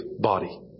body